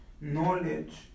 knowledge